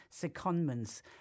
secondments